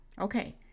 Okay